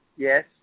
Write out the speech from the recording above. Yes